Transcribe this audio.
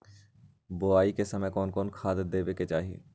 बोआई के समय कौन खाद देवे के चाही?